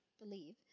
believe